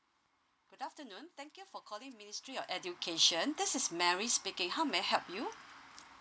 good afternoon thank you for calling ministry of education this is mary speaking how may I help you